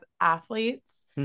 athletes